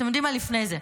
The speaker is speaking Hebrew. אתם יודעים מה, לפני זה,